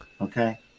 Okay